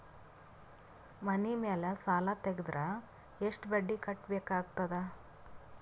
ಮನಿ ಮೇಲ್ ಸಾಲ ತೆಗೆದರ ಎಷ್ಟ ಬಡ್ಡಿ ಕಟ್ಟಬೇಕಾಗತದ?